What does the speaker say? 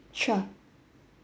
sure